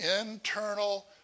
internal